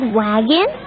wagon